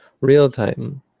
real-time